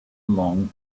along